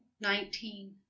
nineteen